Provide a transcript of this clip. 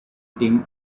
team